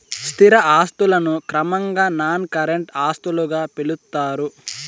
స్థిర ఆస్తులను క్రమంగా నాన్ కరెంట్ ఆస్తులుగా పిలుత్తారు